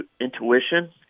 intuition